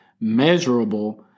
Measurable